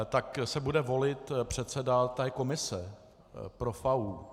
Tak se bude volit předseda té komise pro FAÚ.